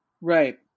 Right